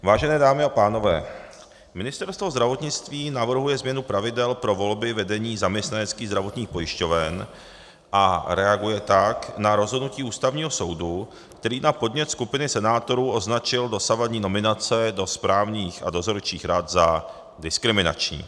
Vážené dámy a pánové, Ministerstvo zdravotnictví navrhuje změnu pravidel pro volby vedení zaměstnaneckých zdravotních pojišťoven, a reaguje tak na rozhodnutí Ústavního soudu, který na podnět skupiny senátorů označil dosavadní nominace do správních a dozorčích rad za diskriminační.